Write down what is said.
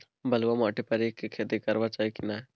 बलुआ माटी पर ईख के खेती करबा चाही की नय?